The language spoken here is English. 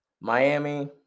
Miami